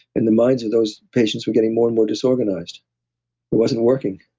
and the minds of those patients were getting more and more disorganized. it wasn't working.